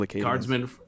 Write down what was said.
guardsmen